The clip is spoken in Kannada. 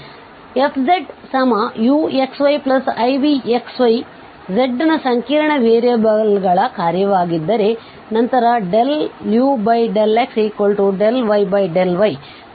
ಆದ್ದರಿಂದfzuxyivxy z ನ ಸಂಕೀರ್ಣ ವೇರಿಯೇಬಲ್ಗಳ ಕಾರ್ಯವಾಗಿದ್ದರೆ ನಂತರ ∂u∂x∂v∂y and ∂u∂y ∂v∂x ಆಗಿದೆ